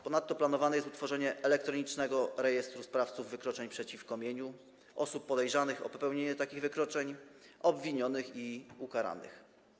Ponadto planowane jest utworzenie elektronicznego rejestru sprawców wykroczeń przeciwko mieniu, osób podejrzanych o popełnienie takich wykroczeń, obwinionych i ukaranych.